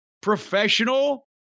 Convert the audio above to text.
professional